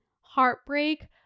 heartbreak